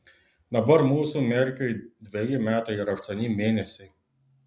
dabar mūsų merkiui dveji metai ir aštuoni mėnesiai